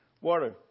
water